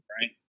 right